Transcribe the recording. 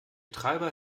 treiber